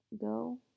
Go